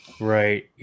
Right